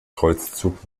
kreuzzug